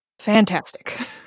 Fantastic